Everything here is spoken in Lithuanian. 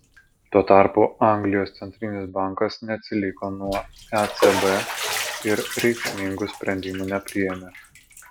tuo tarpu anglijos centrinis bankas neatsiliko nuo ecb ir reikšmingų sprendimų nepriėmė